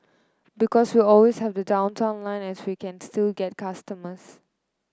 because we always have the Downtown Line so we can still get customers